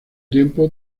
tiempo